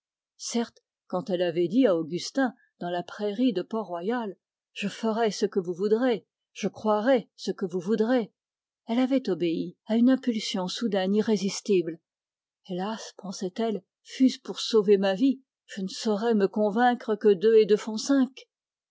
quand elle avait dit à augustin dans la prairie de portroyal je ferai ce que vous voudrez je croirai ce que vous voudrez elle avait obéi à une impulsion irrésistible hélas pensait-elle fût-ce pour sauver ma vie je ne saurais me convaincre que deux et deux font cinq